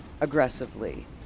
aggressively